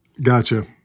Gotcha